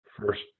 first